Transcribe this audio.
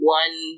one